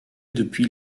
depuis